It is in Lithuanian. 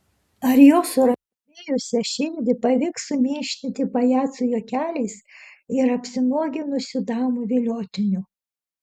ar jo surambėjusią širdį pavyks suminkštinti pajacų juokeliais ir apsinuoginusių damų viliotiniu